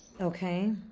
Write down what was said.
Okay